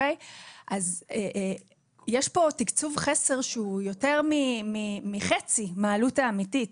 אז יש פה תקצוב חסר שהוא יותר מחצי מהעלות האמתית.